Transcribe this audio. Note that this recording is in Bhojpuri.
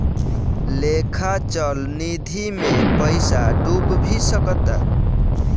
लेखा चल निधी मे पइसा डूब भी सकता